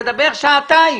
תדבר שעתיים.